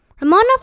Ramona